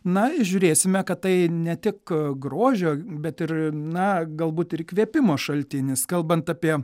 na žiūrėsime kad tai ne tik grožio bet ir na galbūt ir įkvėpimo šaltinis kalbant apie